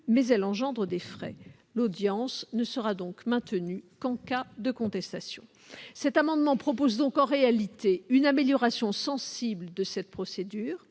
mais elle engendre des frais. L'audience ne sera donc maintenue qu'en cas de contestation. Nous proposons donc en réalité une amélioration sensible de cette procédure